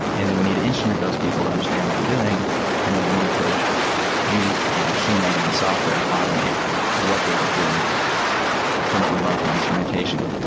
and then we need to instrument those people to understand what they're doing and then we need to use machine learning and software to automate what they were doing from what we learned from the instrumentation.